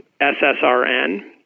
SSRN